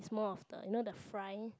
more of the you know the frying